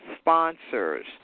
sponsors